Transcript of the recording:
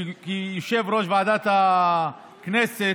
כיושב-ראש ועדת הכנסת